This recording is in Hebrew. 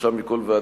שלושה מכל ועדה,